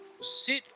sit